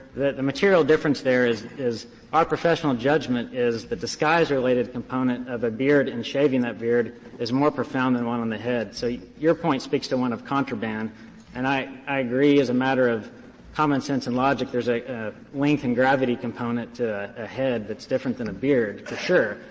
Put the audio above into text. the material difference there is is our professional judgment is the disguise-related component of a beard and shaving that beard is more profound than one on the head. so your point speaks to one of contraband and i i agree as a matter of common sense and logic there is a length and gravity component to a head that's different than a beard, for sure.